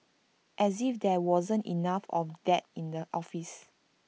as if there wasn't enough of that in the office